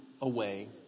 away